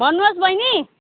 भन्नुहोस् बहिनी